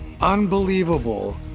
unbelievable